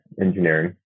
engineering